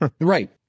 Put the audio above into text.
Right